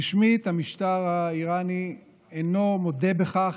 רשמית, המשטר האיראני אינו מודה בכך,